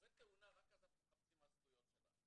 כשקורית תאונה רק אז אנחנו מחפשים מה הזכויות שלנו.